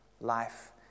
life